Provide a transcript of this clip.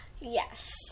Yes